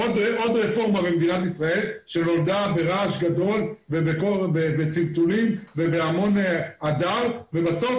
עוד רפורמה במדינת ישראל שנולדה ברעש גדול ובצלצולים ובהמון הדר ובסוף